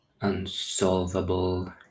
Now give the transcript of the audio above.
unsolvable